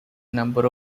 number